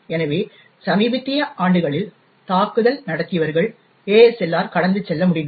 எனவே சமீபத்திய ஆண்டுகளில் தாக்குதல் நடத்தியவர்கள் ASLR கடந்து செல்ல முடிந்தது